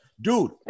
dude